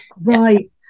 Right